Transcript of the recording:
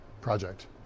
project